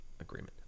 agreement